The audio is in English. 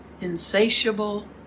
insatiable